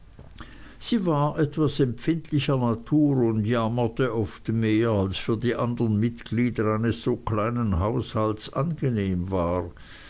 sie war etwas empfindlicher natur und jammerte oft mehr als für die andern mitglieder eines so kleinen haushaltes angenehm war